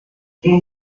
weder